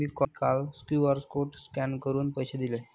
मी काल QR code scan करून पैसे दिले